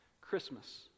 Christmas